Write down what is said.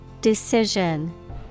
Decision